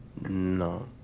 No